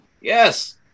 Yes